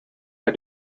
are